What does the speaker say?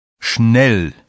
Schnell